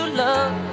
love